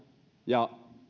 ja